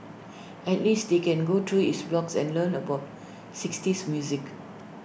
at least they can go through his blogs and learn about sixties music